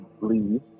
leave